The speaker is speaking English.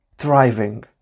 thriving